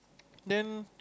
then